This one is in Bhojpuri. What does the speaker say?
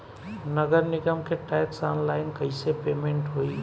नगर निगम के टैक्स ऑनलाइन कईसे पेमेंट होई?